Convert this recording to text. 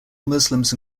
muslims